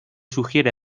sugiere